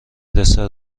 دسر